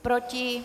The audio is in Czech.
Proti?